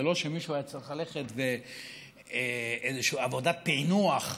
זה לא שמישהו היה צריך ללכת לאיזושהי עבודת פענוח,